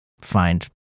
find